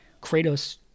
kratos